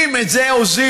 אם את זה הוזילו,